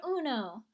uno